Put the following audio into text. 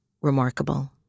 remarkable